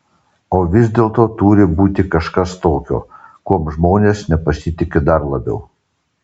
o vis dėlto turi būti kažkas tokio kuom žmonės nepasitiki dar labiau